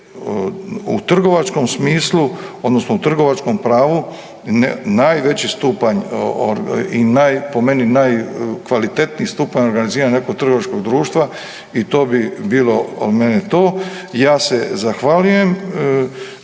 u trgovačkom smislu odnosno u trgovačkom pravu najveći stupanj i po meni najkvalitetniji stupanj organiziranje nekog trgovačkog društva i to bi bilo od mene to. Ja se zahvaljujem.